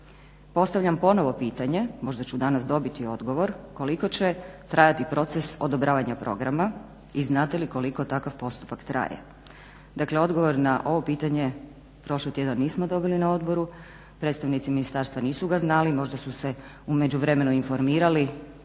Postavljam ponovo pitanje, možda ću danas dobiti odgovor koliko će trajati proces odobravanja programa i znate li koliko takav postupak traje? Dakle odgovor na ovo pitanje prošli tjedan nismo dobili na odboru, predstavnici Ministarstva nisu ga znali možda su se u međuvremenu informirali